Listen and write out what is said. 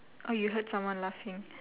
orh you heard someone laughing